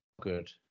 good